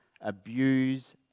abuse